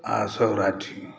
आ सौराठी